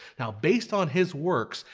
based on his works,